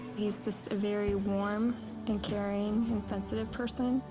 he's just a very warm and caring and sensitive person.